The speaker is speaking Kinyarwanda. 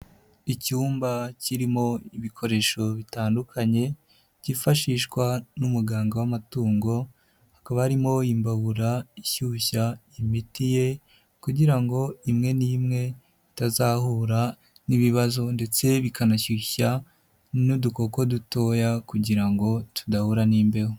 Icyumba kirimo ibikoresho bitandukanye, byifashishwa n'umuganga w'amatungo, hakaba harimo imbabura ishyushya imiti ye kugira ngo imwe n'imwe itazahura n'ibibazo ndetse bikanashyushya n'udukoko dutoya kugira ngo tudahura n'imbeho.